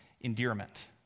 endearment